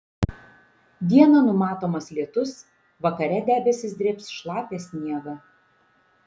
dieną numatomas lietus vakare debesys drėbs šlapią sniegą